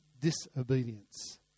disobedience